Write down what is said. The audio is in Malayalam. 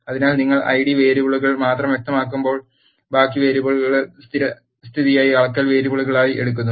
അതിനാൽ നിങ്ങൾ ഐഡി വേരിയബിളുകൾ മാത്രം വ്യക്തമാക്കുമ്പോൾ ബാക്കി വേരിയബിളുകൾ സ്ഥിരസ്ഥിതിയായി അളക്കൽ വേരിയബിളുകളായി എടുക്കുന്നു